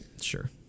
Sure